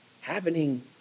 happening